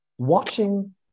watching